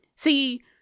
See